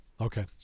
Okay